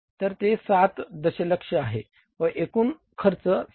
तर ते 7 दशलक्ष आहे व एकूण खर्च 6